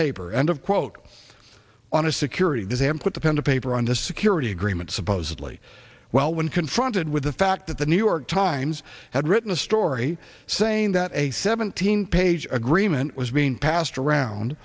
paper end of quote on a security detail and put the pen to paper on the security agreement supposedly well when confronted with the fact that the new york times had written a story saying that a seventeen page agreement was being passed around